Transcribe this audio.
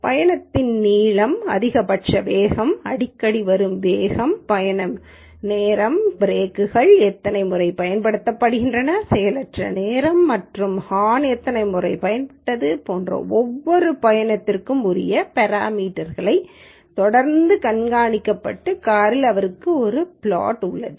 பயணத்தின் நீளம் அதிகபட்ச வேகம் அடிக்கடி வரும் வேகம் பயண காலம் பிரேக்குகள் எத்தனை முறை பயன்படுத்தப்படுகின்றன செயலற்ற நேரம் மற்றும் ஹான் எத்தனை முறை பயன்பட்டது போன்ற ஒவ்வொரு பயணத்திற்கு உரிய பெராமீட்டர்களை தொடர்ந்து கண்காணிக்க காரில் அவருக்கு ஒரு வபிளாட் உள்ளது